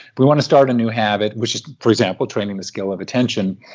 we want to start a new habit, which is, for example, training the skill of attention.